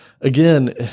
again